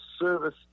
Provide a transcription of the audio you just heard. service